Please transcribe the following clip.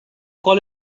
call